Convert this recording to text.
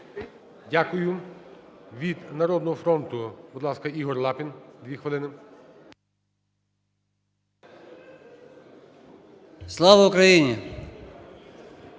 Дякую. Від "Народного фронту", будь ласка, Ігор Лапін, дві хвилини. 17:53:46